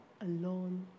alone